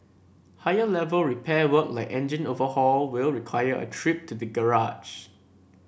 higher level repair work like engine overhaul will require a trip to the garage